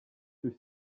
durch